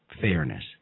fairness